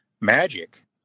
magic